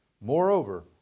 Moreover